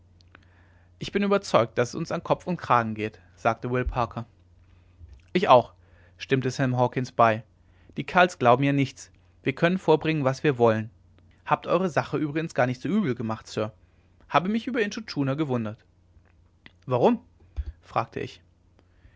ich bin überzeugt daß es uns an kopf und kragen geht sagte will parker ich auch stimmte sam hawkens bei die kerls glauben ja nichts wir können vorbringen was wir wollen habt eure sache übrigens gar nicht so übel gemacht sir habe mich über intschu tschuna gewundert warum fragte ich